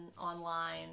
online